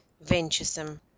venturesome